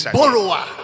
borrower